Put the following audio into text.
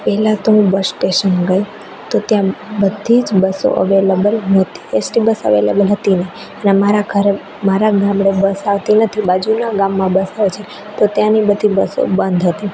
પહેલાં તો હું બસ સ્ટેશન ગઈ તો ત્યાં બધી જ બસો અવેલેબલ નહોતી એસટી બસ અવેલેબલ હતી નહીં અને મારા ઘરે મારા ગામડે બસ આવતી નથી બાજુના ગામમાં બસ આવે છે તો ત્યાંની બધી બસો બંધ હતી